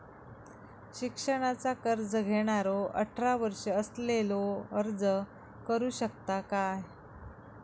शिक्षणाचा कर्ज घेणारो अठरा वर्ष असलेलो अर्ज करू शकता काय?